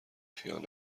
خیانت